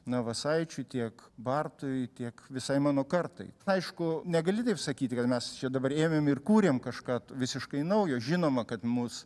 navasaičiui tiek bartui tiek visai mano kartai aišku negali taip sakyti kad mes čia dabar ėmėm ir kūrėm kažką visiškai naujo žinoma kad mus